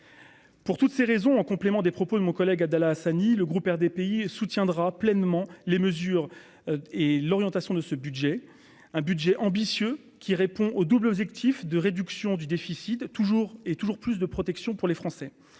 Pour toutes ces raisons, en complément des propos de mon collègue Abdallah Hassani, le groupe RDPI soutiendra pleinement les mesures et l'orientation de ce budget, un budget ambitieux qui répond au double objectif de réduction du déficit toujours et toujours plus de protection pour les Français,